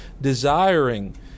desiring